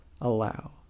allow